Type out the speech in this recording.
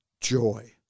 Joy